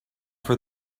for